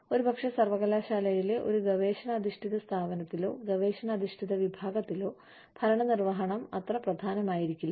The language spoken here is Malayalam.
ഒരുപക്ഷേ ഒരു സർവ്വകലാശാലയിലെ ഒരു ഗവേഷണ അധിഷ്ഠിത സ്ഥാപനത്തിലോ ഗവേഷണ അധിഷ്ഠിത വിഭാഗത്തിലോ ഭരണനിർവഹണം അത്ര പ്രധാനമായിരിക്കില്ല